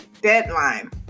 deadline